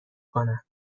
کنم